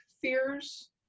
fears